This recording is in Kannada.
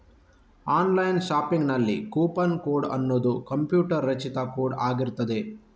ಆನ್ಲೈನ್ ಶಾಪಿಂಗಿನಲ್ಲಿ ಕೂಪನ್ ಕೋಡ್ ಅನ್ನುದು ಕಂಪ್ಯೂಟರ್ ರಚಿತ ಕೋಡ್ ಆಗಿರ್ತದೆ